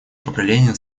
поколение